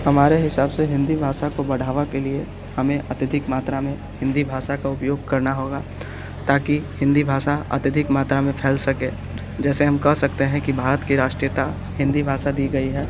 हमारे हिसाब से हिंदी भाषा को बढ़ावा के लिए हमें अत्यधिक मात्रा में हिंदी भाषा का उपयोग करना होगा ताकि हिंदी भाषा अत्यधिक मात्रा में फैल सके जैसे हम कह सकते हैं कि भारत के राष्ट्रीयता हिंदी भाषा दी गई है